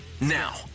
Now